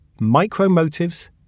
Micro-Motives